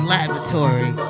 Laboratory